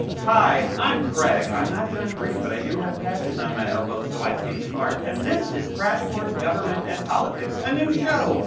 hi, i'm craig. i'm not john green, but i do have patches on my elbows, so i seem smart. and this is crash course government and politics, a new show,